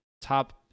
top